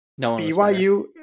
BYU